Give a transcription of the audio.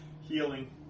Healing